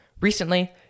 Recently